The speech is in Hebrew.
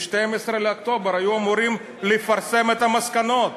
ב-12 באוקטובר היו אמורים לפרסם את המסקנות.